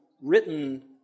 written